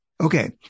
Okay